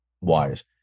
wise